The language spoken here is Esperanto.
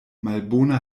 malbona